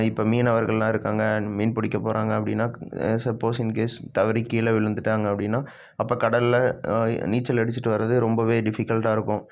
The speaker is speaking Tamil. இப்போ மீனவர்களெலாம் இருக்காங்க மீன் பிடிக்கப் போகிறாங்க அப்படினா சப்போஸ் இன் கேஸ் தவறி கீழே விழுந்துவிட்டாங்க அப்படினா அப்போ கடலில் நீச்சல் அடிச்சுட்டு வர்றது ரொம்பவே டிஃபிகல்ட்டாக இருக்கும்